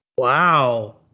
Wow